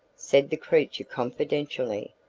said the creature confidentially,